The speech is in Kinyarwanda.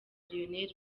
lionel